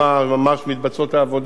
ממש מתבצעות העבודות,